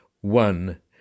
one